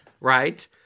Right